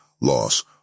loss